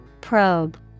Probe